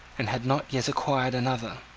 and had not yet acquired another.